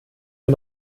wir